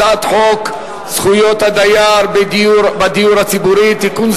הצעת חוק זכויות הדייר בדיור הציבורי (תיקון,